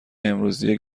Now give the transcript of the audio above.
امروزی